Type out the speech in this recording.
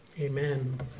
Amen